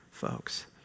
folks